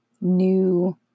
new